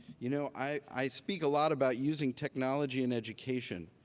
you know, i speak a lot about using technology in education.